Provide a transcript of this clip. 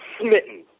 smitten